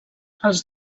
els